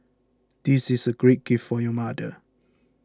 this is a great gift for your mother